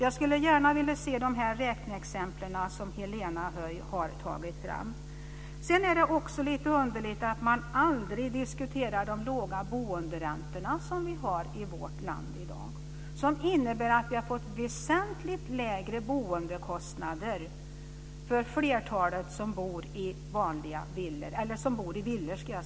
Jag skulle gärna vilja se de räkneexempel som Helena Höij har tagit fram. Sedan är det också underligt att man aldrig diskuterar de låga boenderäntor som vi har i vårt land. De innebär att flertalet som bor i villor har fått väsentligt lägre boendekostnader. Jag kan ta mig själv som exempel.